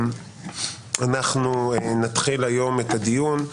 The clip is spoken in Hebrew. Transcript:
אנחנו נתחיל היום את הדיון.